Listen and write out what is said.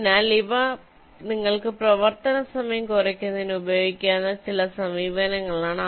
അതിനാൽ ഇവ നിങ്ങൾക്ക് പ്രവർത്തന സമയം കുറയ്ക്കുന്നതിന് ഉപയോഗിക്കാവുന്ന ചില സമീപനങ്ങളാണ്